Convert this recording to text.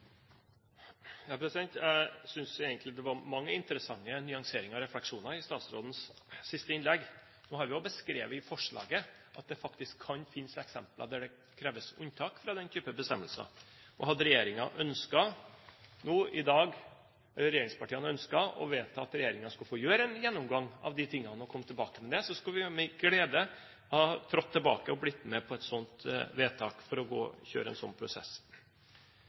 Jeg synes egentlig det var mange interessante nyanseringer og refleksjoner i statsrådens siste innlegg. Nå har vi også beskrevet i forslaget at det faktisk kan finnes eksempler der det kreves unntak fra den typen bestemmelser. Hadde regjeringspartiene ønsket å vedta at regjeringen skulle få gjøre en gjennomgang av de tingene og komme tilbake med det, så skulle vi med glede ha trådt tilbake og blitt med på et sånt vedtak for å kjøre en sånn prosess.